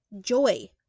joy